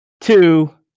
two